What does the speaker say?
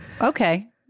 Okay